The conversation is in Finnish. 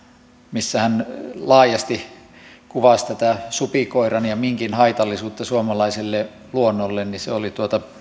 missä hän laajasti kuvasi tätä supikoiran ja minkin haitallisuutta suomalaiselle luonnolle oli